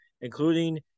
including